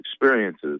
experiences